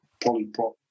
polyprop